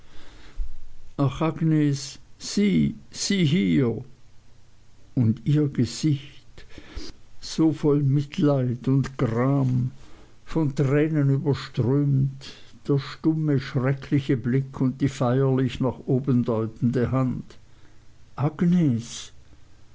sieh hier und ihr gesicht so voll mitleid und gram von tränen überströmt der stumme schreckliche blick und die feierlich nach oben deutende hand